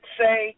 say